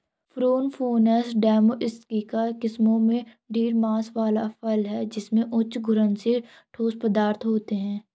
prune, prunus domestica किस्मों का दृढ़ मांस वाला फल है जिसमें उच्च घुलनशील ठोस पदार्थ होते हैं